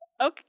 Okay